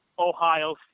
Ohio